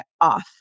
off